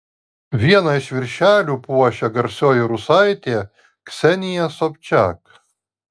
vieną iš viršelių puošia garsioji rusaitė ksenija sobčak